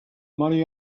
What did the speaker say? money